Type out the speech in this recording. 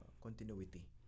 continuity